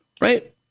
Right